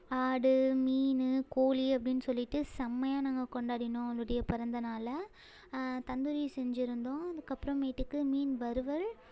ஆடு மீன் கோழி அப்படின்னு சொல்லிவிட்டு செம்மையாக நாங்கள் கொண்டாடினோம் அவளுடைய பிறந்த நாளை தந்தூரி செஞ்சுருந்தோம் அதுக்கப்புறமேட்டுக்கு மீன் வறுவல்